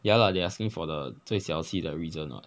ya lah they asking for the 最小气的 reason [what]